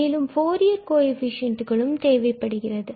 மேலும் ஃபூரியர் கோஎஃபிசியண்ட்டுகளும் தேவைப்படுகிறது